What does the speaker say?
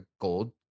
gold